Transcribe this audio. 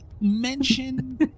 mention